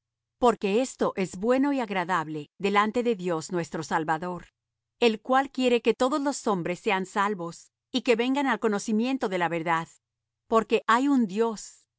porque esto es bueno y agradable delante de dios nuestro salvador el cual quiere que todos los hombres sean salvos y que vengan al conocimiento de la verdad porque hay un dios